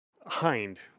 Hind